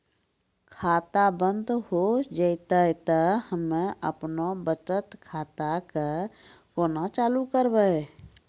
खाता बंद हो जैतै तऽ हम्मे आपनौ बचत खाता कऽ केना चालू करवै?